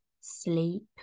sleep